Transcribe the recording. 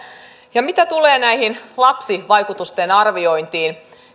mitä tulee tähän lapsivaikutusten arviointiin